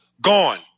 gone